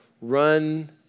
run